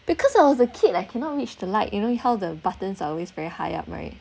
because I was a kid leh cannot reach the light you know how the buttons are always very high up right